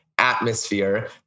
Atmosphere